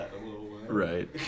Right